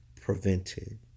prevented